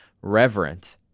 reverent